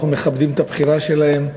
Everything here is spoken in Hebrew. אנחנו מכבדים את הבחירה שלהם.